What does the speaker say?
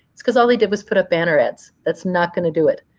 it's because all they did was put up banner ads. that's not going to do it.